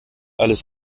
alles